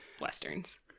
westerns